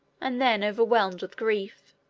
and then overwhelmed with grief.